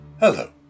Hello